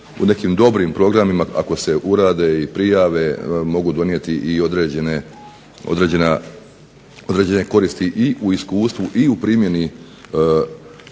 u nekim dobrim programima ako se urade i prijave mogu donijeti i određene koristi i u iskustvu i u primjeni